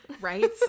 right